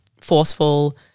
forceful